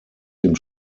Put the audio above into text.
dem